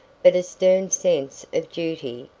but a stern sense of duty,